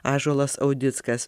ąžuolas audickas